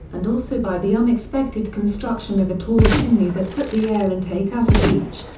and also by the unexpected construction of a tall chimney that put the air intake out of reach.